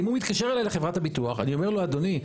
אם הוא מתקשר אליי לחברת הביטוח אני אומר לו אדוני,